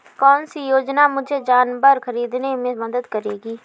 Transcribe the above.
कौन सी योजना मुझे जानवर ख़रीदने में मदद करेगी?